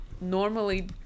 normally